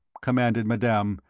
commanded madame,